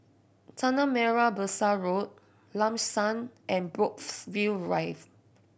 Tanah Merah Besar Road Lam San and Brookvale Drive